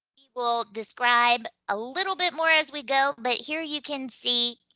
we'll describe a little bit more as we go, but here you can see.